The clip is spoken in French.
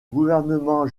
gouvernement